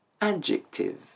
adjective